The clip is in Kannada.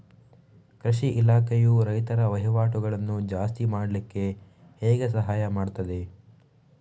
ಕೃಷಿ ಇಲಾಖೆಯು ರೈತರ ವಹಿವಾಟುಗಳನ್ನು ಜಾಸ್ತಿ ಮಾಡ್ಲಿಕ್ಕೆ ಹೇಗೆ ಸಹಾಯ ಮಾಡ್ತದೆ?